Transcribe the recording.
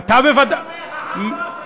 זאת אומרת, העם לא אחראי לשלום.